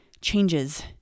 changes